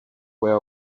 where